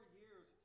years